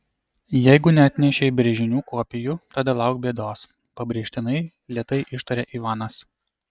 jeigu neatnešei brėžinių kopijų tada lauk bėdos pabrėžtinai lėtai ištarė ivanas